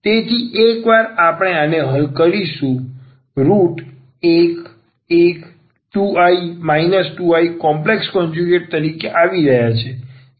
તેથી એકવાર આપણે આને હલ કરીશું root 112i 2i complex conjugate તરીકે આવી રહ્યા છે